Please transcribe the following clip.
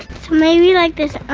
maybe you like this